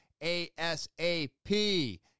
ASAP